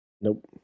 nope